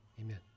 Amen